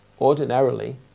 Ordinarily